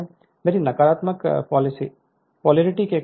जब आप समय पर संख्यात्मक लेते हैं तो आप पाएंगे कि चीजें बहुत आसान हैं